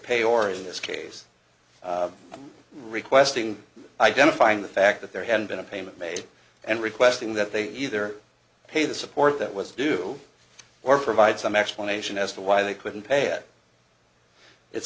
pay or in this case requesting identifying the fact that there had been a payment made and requesting that they either pay the support that was due or provide some explanation as to why they couldn't pay it it's